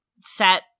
set